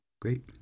Great